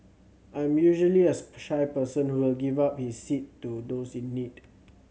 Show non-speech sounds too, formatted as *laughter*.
I'm usually a *unintelligible* shy person who will give up his seat to those in need